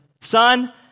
Son